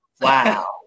Wow